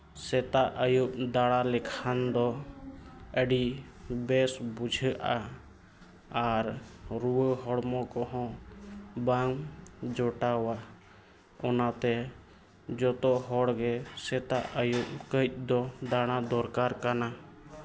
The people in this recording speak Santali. ᱥᱮᱛᱟᱜ ᱟᱹᱭᱩᱵ ᱫᱟᱲᱟ ᱞᱮᱠᱷᱟᱱ ᱫᱚ ᱟᱹᱰᱤ ᱵᱮᱹᱥ ᱵᱩᱡᱷᱟᱹᱜᱼᱟ ᱟᱨ ᱨᱩᱣᱟᱹ ᱦᱚᱲᱢᱚ ᱠᱚᱦᱚᱸ ᱵᱟᱝ ᱡᱚᱴᱟᱣᱟ ᱚᱱᱟᱛᱮ ᱡᱚᱛᱚ ᱦᱚᱲ ᱜᱮ ᱥᱮᱛᱟᱜ ᱟᱹᱭᱩᱵ ᱠᱟᱹᱡ ᱫᱚ ᱫᱟᱲᱟ ᱫᱚᱨᱠᱟᱨ ᱠᱟᱱᱟ